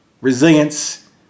Resilience